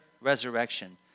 resurrection